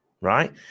Right